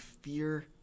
fear